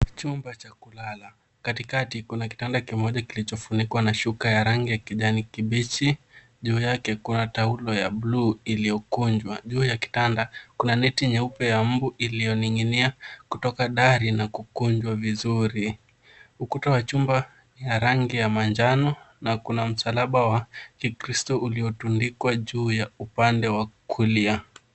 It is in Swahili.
Chumba cha kulala katikati kuna kitanda kimoja kilichofunikwa na shuka ya rangi ya kijani kibichi juu yake kuna taulo ya bluu iliyokunjwa. Juu ya kitanda kuna neti nyeupe ya mbu iliyoning'inia kutoka dari na kuonjwa vizuri. Ukuta wa chumba ya rangi ya manjano na kuna msalaba wa kikristo uliotundikwa juu ya upande wa kulia.